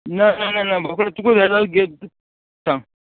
ना ना ना ना बोकडो तुका जाय जाल्यार घे सांग